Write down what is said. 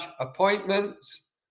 appointments